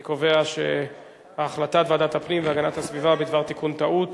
אני קובע שהחלטת ועדת הפנים והגנת הסביבה בדבר תיקון טעות